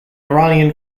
iranian